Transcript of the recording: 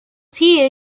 tea